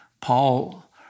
Paul